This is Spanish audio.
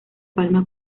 palma